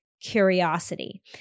curiosity